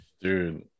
Dude